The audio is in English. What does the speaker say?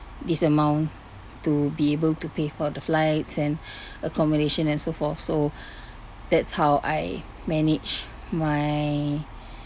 this amount to be able to pay for the flights and accommodation and so forth so that's how I manage my